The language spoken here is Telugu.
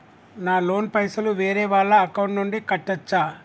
నా లోన్ పైసలు వేరే వాళ్ల అకౌంట్ నుండి కట్టచ్చా?